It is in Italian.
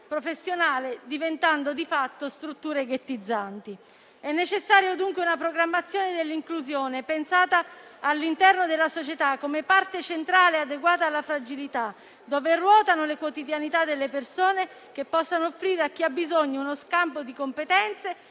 professionale), diventando di fatto strutture ghettizzanti. È dunque necessaria una programmazione dell'inclusione pensata all'interno della società come parte centrale adeguata alla fragilità, dove ruotano le quotidianità delle persone e che possa offrire a chi ha bisogno uno scambio di competenze